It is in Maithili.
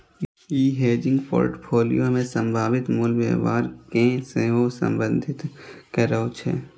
ई हेजिंग फोर्टफोलियो मे संभावित मूल्य व्यवहार कें सेहो संबोधित करै छै